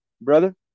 brother